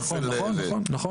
כפל מע"מ.